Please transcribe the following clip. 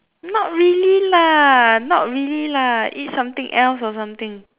not really lah not really lah eat something else or something